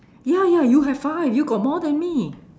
ya ya you have five you got more than me